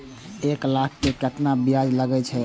एक लाख के केतना ब्याज लगे छै?